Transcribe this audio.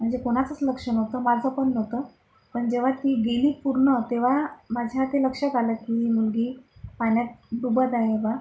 म्हणजे कोणाचंच लक्ष नव्हतं माझं पण नव्हतं पण जेव्हा ती गेली पूर्ण तेव्हा माझ्या ते लक्षात आलं की मुलगी पाण्यात बुडत आहे बुवा